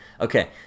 Okay